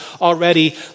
already